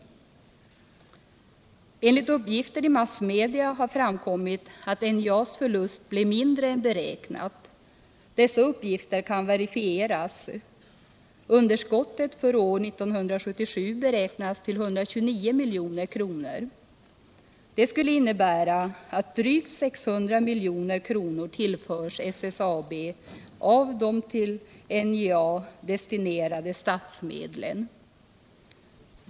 Enligt uppgifter i massmedia har det framkommit att NJA:s förlust kommer att bli mindre än beräknat. Dessa uppgifter kan verifieras. Underskottet för 1977 beräknas till 129 milj.kr. Det skulle innebära att av de till NJA destinerade statsmedlen drygt 600 milj.kr. tillförs SSAB.